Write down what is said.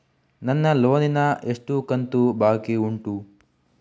ನನ್ನ ಲೋನಿನ ಎಷ್ಟು ಕಂತು ಬಾಕಿ ಉಂಟು?